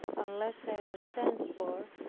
unless i was sent for,